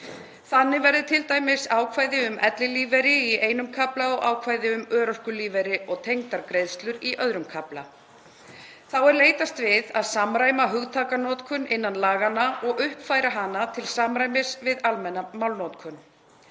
Þannig verði t.d. ákvæði um ellilífeyri í einum kafla og ákvæði um örorkulífeyri og tengdar greiðslur í öðrum kafla. Þá er leitast við því að samræma hugtakanotkun innan laganna og uppfæra hana til samræmis við almenna málnotkun.